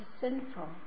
sinful